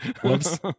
Whoops